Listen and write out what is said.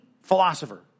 philosopher